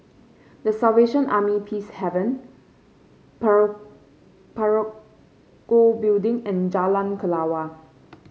The Salvation Army Peacehaven Parakou Building and Jalan Kelawar